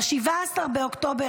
ב-17 באוקטובר